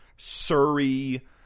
Surrey